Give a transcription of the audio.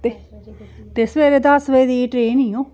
ते ते सबैह्रे दस बजे दी ट्रेन ई ओ